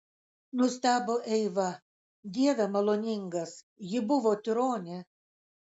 nustebo eiva dieve maloningas ji buvo tironė